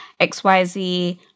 XYZ